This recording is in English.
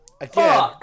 again